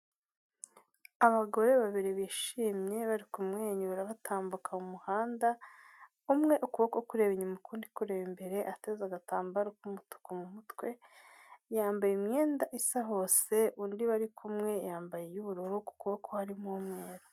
Abagore babiri bishimye bari kumwenyura batambuka mu umuhanda, umwe ukuboko kureba inyuma ukundikureba imbere ateze agatambaro k' umutuku mu mutwe, yambaye imyenda isa hose undi bari kumwe yambaye iy'ubururu ku kuboko hariho umweru.